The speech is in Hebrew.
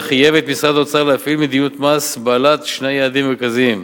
המשבר חייב את משרד האוצר להפעיל מדיניות מס בעלת שני יעדים מרכזיים: